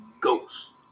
ghost